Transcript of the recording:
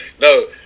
no